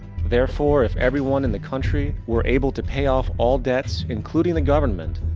therefore, if everyone in the country were able to pay off all debts including the government,